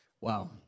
Wow